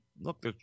look